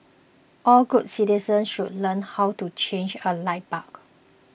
all good citizens should learn how to change a light bulb